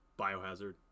Biohazard